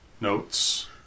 notes